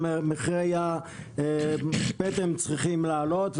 גם מחירי הפטם צריכים לעלות,